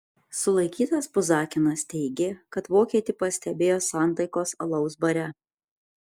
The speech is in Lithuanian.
sulaikytas puzakinas teigė kad vokietį pastebėjo santaikos alaus bare